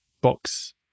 box